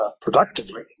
productively